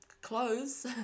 clothes